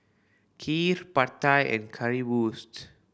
Kheer Pad Thai and Currywurst